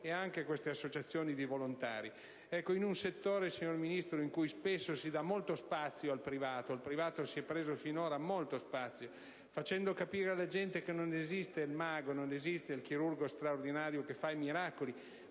e anche queste associazioni di volontari. In un settore, signor Ministro, in cui spesso si dà molto spazio al privato (quest'ultimo si è preso finora molto spazio), occorre far capire alla gente che non esiste il mago, non esiste il chirurgo straordinario che fa i miracoli,